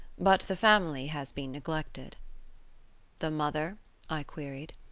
but the family has been neglected the mother i queried.